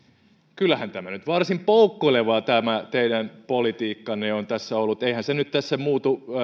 kyllähän tämä nyt varsin poukkoilevaa tämä teidän politiikkanne on tässä ollut eihän se nyt tässä muutu